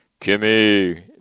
Kimmy